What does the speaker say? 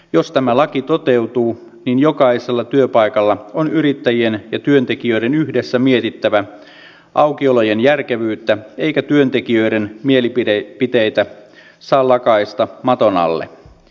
jos tämä laki toteutuu niin jokaisella työpaikalla on yrittäjien ja työntekijöiden yhdessä mietittävä aukiolojen järkevyyttä eikä työntekijöiden mielipiteitä saa lakaista maton alle